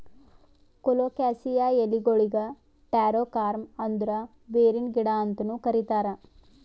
colocasia ಎಲಿಗೊಳಿಗ್ taro corm ಅಂದುರ್ ಬೇರಿನ ಗಿಡ ಅಂತನು ಕರಿತಾರ್